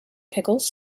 pickles